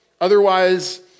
Otherwise